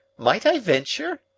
might i venture?